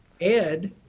Ed